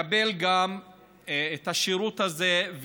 לקבל גם את השירות הזה.